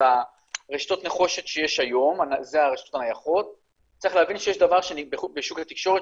זה משהו שהוא